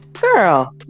Girl